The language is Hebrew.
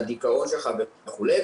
לדיכאון שלך וכולי,